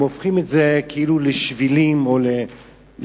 הם הופכים את זה כאילו לשבילים, או לדרך,